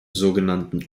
sogenannten